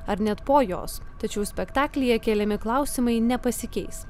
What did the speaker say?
ar net po jos tačiau spektaklyje keliami klausimai nepasikeis